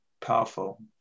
powerful